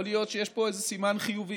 יכול להיות שיש פה איזה סימן חיובי.